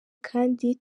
kandi